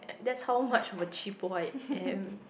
that's how much of a cheapo I am